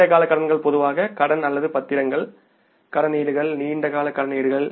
நீண்ட கால கடன்கள் பொதுவாக கடன் அல்லது பத்திரங்கள் கடனீடுகள் நீண்ட கால கடன்கள்